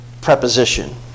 preposition